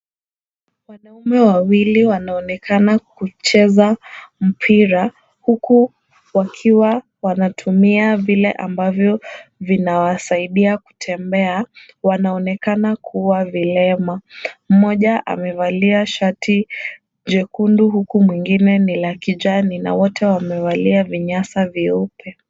Wanaume wawili wanaonekana kucheza mpira, huku wakiwa wanatumia vile ambavyo vinawasaidia kutembea, wanaonekana kuwa vilema. Mmoja amevalia shati jekundu huku mwingine ni la kijani, na wote wamevalia vinyasa vyeupe.